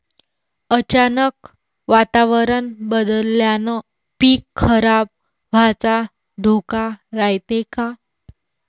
अचानक वातावरण बदलल्यानं पीक खराब व्हाचा धोका रायते का?